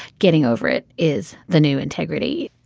getting over it is the new integrity.